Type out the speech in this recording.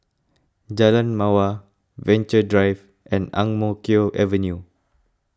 Jalan Mawar Venture Drive and Ang Mo Kio Avenue